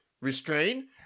restrain